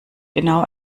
genau